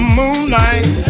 moonlight